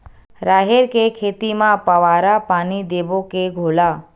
राहेर के खेती म फवारा पानी देबो के घोला?